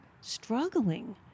struggling